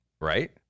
Right